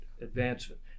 advancement